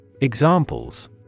Examples